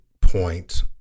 point